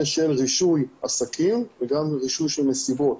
של רישוי עסקים וגם רישוי של מסיבות,